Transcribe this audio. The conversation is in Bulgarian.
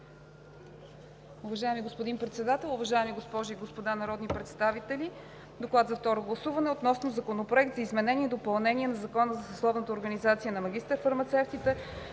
Уважаеми господин Председател, уважаеми госпожи и господа народни представители! „Доклад за второ гласуване относно Законопроект за изменение и допълнение на Закона за съсловната организация на магистър-фармацевтите,